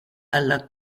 alla